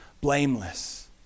blameless